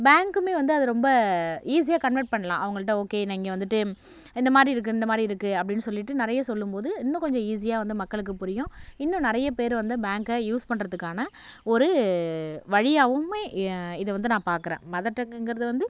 பேங்கும் வந்து அதை ரொம்ப ஈஸியாக கன்வர்ட் பண்ணலாம் அவங்கள்ட ஓகே நீங்கள் வந்துட்டு இந்த மாதிரி இருக்குது இந்த மாதிரி இருக்குது அப்படின்னு சொல்லிட்டு நிறைய சொல்லும்போது இன்னும் கொஞ்சம் ஈஸியாக வந்து மக்களுக்கு புரியும் இன்னும் நிறையா பேர் வந்து பேங்கை யூஸ் பண்ணுறதுக்கான ஒரு வழியாகவுமே இதை வந்து நான் பார்குறேன் மதர் டங்குங்கிறது வந்து